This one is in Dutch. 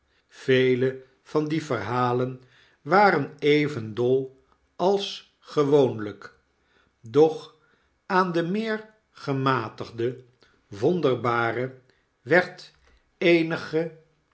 vele van die verhalen waren even dol als gewoonlijk doch aan de meer gematigde wonderbare werd